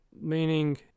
meaning